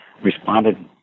responded